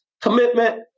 Commitment